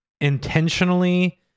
intentionally